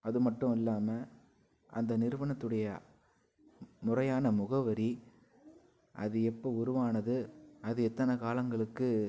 அதுமட்டுல்லாமல் அந்த நிறுவனத்துடைய முறையான முகவரி அது எப்போ உருவானது அது எத்தனை காலங்களுக்கு